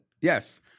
Yes